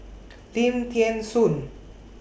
Lim Thean Soo